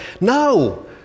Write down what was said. No